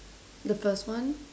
the first one